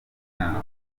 nabuze